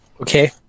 Okay